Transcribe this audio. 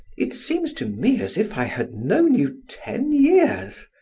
it seems to me as if i had known you ten years.